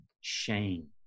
shame